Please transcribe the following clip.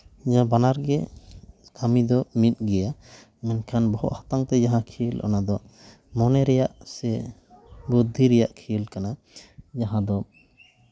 ᱱᱤᱭᱟᱹ ᱵᱟᱱᱟᱨᱜᱮ ᱠᱟᱹᱢᱤ ᱫᱚ ᱢᱤᱫ ᱜᱮᱭᱟ ᱢᱮᱱᱠᱷᱟᱱ ᱵᱚᱦᱚᱜ ᱦᱟᱛᱟᱝ ᱛᱮ ᱡᱟᱦᱟᱸ ᱠᱷᱮᱞ ᱚᱱᱟ ᱫᱚ ᱢᱚᱱᱮ ᱨᱮᱭᱟᱜ ᱥᱮ ᱵᱩᱫᱽᱫᱷᱤ ᱨᱮᱭᱟᱜ ᱠᱷᱮᱞ ᱠᱟᱱᱟ ᱡᱟᱦᱟᱸ ᱫᱚ